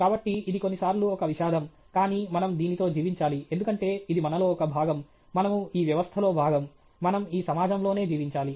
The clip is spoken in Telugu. కాబట్టి ఇది కొన్నిసార్లు ఒక విషాదం కానీ మనం దీనితో జీవించాలి ఎందుకంటే ఇది మనలో ఒక భాగం మనము ఈ వ్యవస్థలో భాగం మనం ఈ సమాజంలోనే జీవించాలి